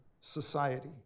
society